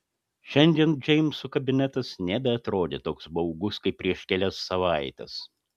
šiandien džeimso kabinetas nebeatrodė toks baugus kaip prieš kelias savaites